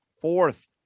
fourth